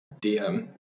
DM